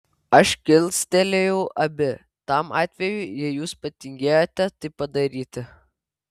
aš kilstelėjau abi tam atvejui jei jūs patingėjote tai padaryti